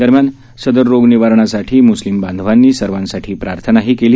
दरम्यान सदर रोग निवारणासाठी म्स्लिम बांधवांनी सर्वांसाठी प्रार्थना केली